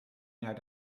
naar